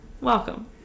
Welcome